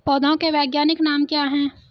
पौधों के वैज्ञानिक नाम क्या हैं?